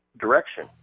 direction